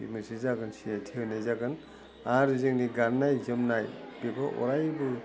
बे मोनसे जागोन सिनायथि होनाय जागोन आरो जोंनि गान्नाय जोमनाय बेबो अरायबो